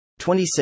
26